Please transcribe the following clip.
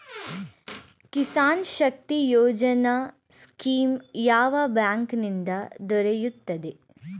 Kisan Shakti Yojana scheme ಯಾವ bank ನಿಂದ ದೊರೆಯುತ್ತದೆ?